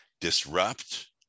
disrupt